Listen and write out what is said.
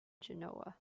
genoa